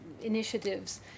initiatives